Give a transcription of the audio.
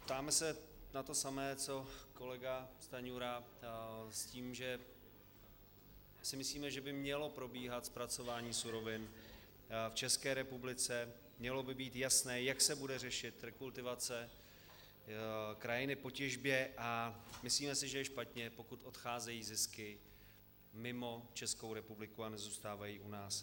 Ptáme se na to samé co kolega Stanjura s tím, že si myslíme, že by mělo probíhat zpracování surovin v České republice, mělo by být jasné, jak se bude řešit rekultivace krajiny po těžbě, a myslíme si, že je špatně, pokud odcházejí zisky mimo Českou republiku a nezůstávají u nás.